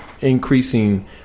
increasing